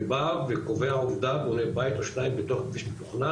ובא וקובע עובדה ובונה בית או שניים בתוך כביש מתוכנן,